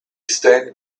stained